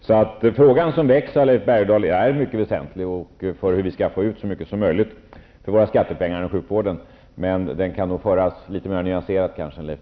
Den fråga som väcks av Leif Bergdahl är mycket väsentlig för hur vi skall få ut så mycket som möjligt för våra skattepengar i sjukvården. Men diskussionen kan föras något mer nyanserat än Leif